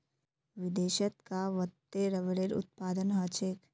विदेशत कां वत्ते रबरेर उत्पादन ह छेक